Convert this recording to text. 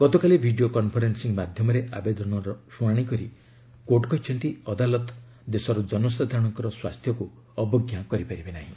ଗତକାଲି video conferencing ମାଧ୍ୟମରେ ଆବେଦନର ଶୁଣାଣି କରି କୋର୍ଟ କହିଛନ୍ତି ଅଦାଲତ ଦେଶର ଜନସାଧାରଣଙ୍କର ସ୍ୱାସ୍ଥ୍ୟକୁ ଅବଞ୍ଜା କରିପାରିବେ ନାହିଁ